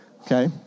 okay